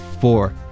four